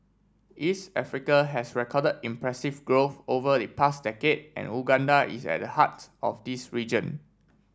East Africa has recorded impressive growth over the past decade and Uganda is at the heart of this region